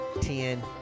ten